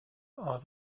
are